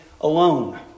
alone